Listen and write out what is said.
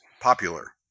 popular